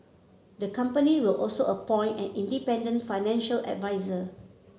the company will also appoint an independent financial adviser